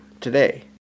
today